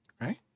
Right